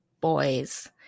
boys –